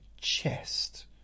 Chest